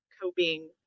coping